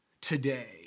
today